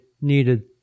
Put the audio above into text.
needed